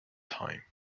time